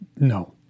No